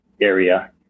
area